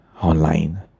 online